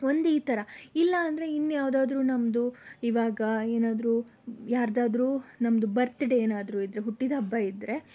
ಒಂದು ಈ ಥರ ಇಲ್ಲಾಂದರೆ ಇನ್ನ್ಯಾವುದಾದರೂ ನಮ್ಮದು ಇವಾಗ ಏನಾದರೂ ಯಾರದಾದರೂ ನಮ್ಮದು ಬರ್ತಡೇ ಏನಾದರೂ ಇದ್ದರೆ ಹುಟ್ಟಿದಹಬ್ಬ ಇದ್ದರೆ